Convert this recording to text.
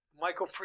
Michael